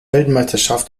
weltmeisterschaft